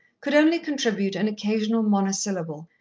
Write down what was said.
could only contribute an occasional monosyllable,